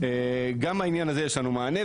גם לעניין הזה יש לנו מענה,